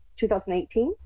2018